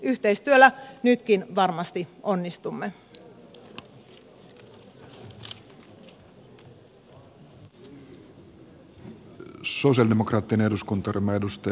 yhteistyöllä nytkin varmasti onnistumme